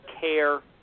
care